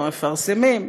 המפרסמים,